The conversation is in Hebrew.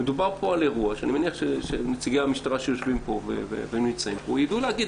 מדובר פה על אירוע שאני מניח שנציגי המשטרה שיושבים פה ידעו להגיד.